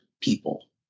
people